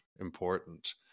important